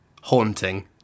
Haunting